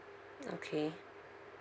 okay